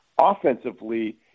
offensively